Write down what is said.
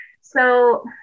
So-